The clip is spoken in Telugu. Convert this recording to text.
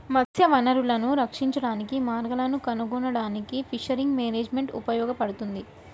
మత్స్య వనరులను రక్షించడానికి మార్గాలను కనుగొనడానికి ఫిషరీస్ మేనేజ్మెంట్ ఉపయోగపడుతుంది